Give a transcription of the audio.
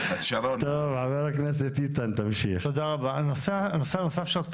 הנושא הנוסף שרציתי